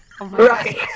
Right